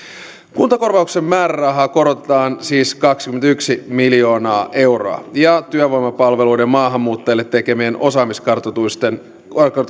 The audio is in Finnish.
kuntakorvauksen määrärahaa korotetaan siis kaksikymmentäyksi miljoonaa euroa ja työvoimapalveluiden maahanmuuttajille tekemien osaamiskartoitusten